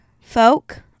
Folk